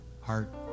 heart